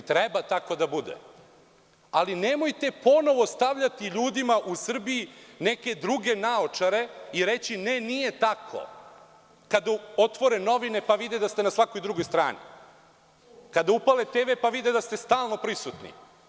Treba tako da bude, ali nemojte ponovo stavljati ljudima u Srbiji neke druge naočare i reći – ne nije tako, kada otvore novine, pa vide da ste na svakoj drugoj strani, kada upale TV, pa vide da ste stalno prisutni.